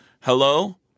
Hello